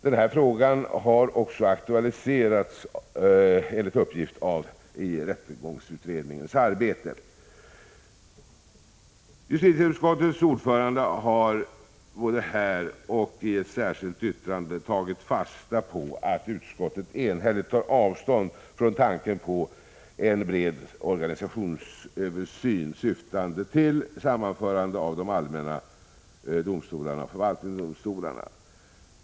Denna fråga har också aktualiserats, enligt uppgift, i rättegångsutredningens arbete. Justitieutskottets ordförande har både här och i ett särskilt yttrande tagit fasta på att utskottet enhälligt tar avstånd från tanken på en bred organisationsöversyn, syftande till sammanförande av de allmänna domstolarna och de allmänna förvaltningsdomstolarna.